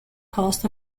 cost